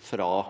fra